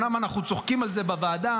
אומנם אנחנו צוחקים על זה בוועדה,